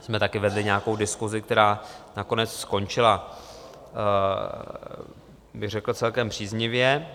Tam jsme taky vedli nějakou diskusi, která nakonec skončila, bych řekl, celkem příznivě.